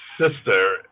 sister